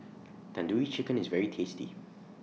Tandoori Chicken IS very tasty